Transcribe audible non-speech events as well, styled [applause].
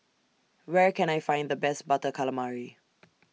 Where Can I Find The Best Butter Calamari [noise]